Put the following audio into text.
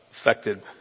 affected